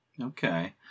Okay